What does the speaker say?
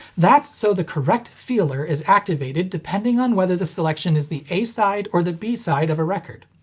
that's so the correct feeler is activated depending on whether the selection is the a side or the b side of a record.